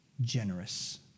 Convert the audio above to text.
Generous